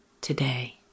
today